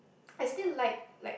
I still like like